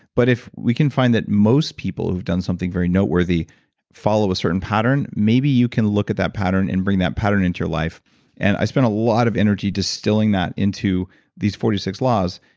but if we can find that most people who have done something very noteworthy follow a certain pattern, maybe you can look at that pattern and bring that pattern into your life and i spent a lot of energy distilling that into these forty six laws.